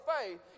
faith